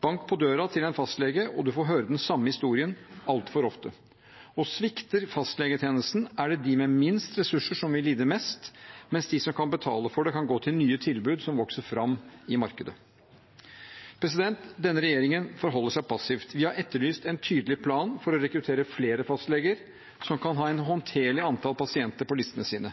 Bank på døra til en fastlege, og du får høre den samme historien altfor ofte. Svikter fastlegetjenesten, er det de med minst ressurser som vil lide mest, mens de som kan betale for det, kan gå til nye tilbud som vokser fram i markedet. Denne regjeringen forholder seg passiv. Vi har etterlyst en tydelig plan for å rekruttere flere fastleger som kan ha et håndterlig antall pasienter på listene sine.